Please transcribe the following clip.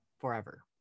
forever